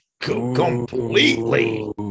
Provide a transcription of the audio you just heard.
Completely